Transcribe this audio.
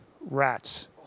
rats